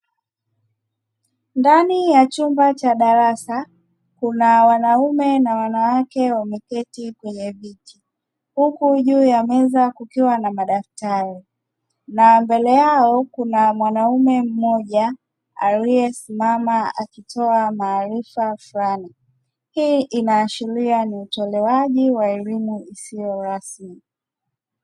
Ndani ya chumba cha daraasa kuna wanaume na wanawake wameketi kwenye viti, huku juu ya meza kukiwa na madaftari na mbele yao kuna mwanaume mmoja, aliyesimama akitoa maarifa fulani. Hii inaashiria ni utolewaji wa elimu isiyo rasmi.